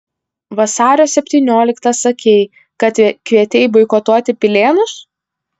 vasario septynioliktą sakei kad kvietei boikotuoti pilėnus